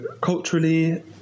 culturally